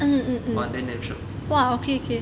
!wah! then damn shiok